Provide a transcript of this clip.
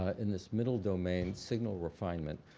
ah in this middle domain, signal refinement.